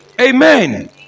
Amen